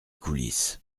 coulisse